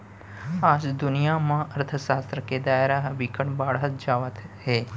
आज दुनिया म अर्थसास्त्र के दायरा ह बिकट बाड़हत जावत हे